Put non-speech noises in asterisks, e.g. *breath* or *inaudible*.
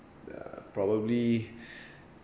uh probably *breath*